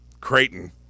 Creighton